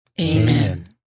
Amen